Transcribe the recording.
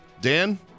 Dan